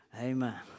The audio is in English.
Amen